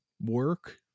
work